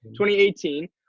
2018